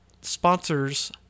sponsors